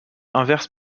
inverse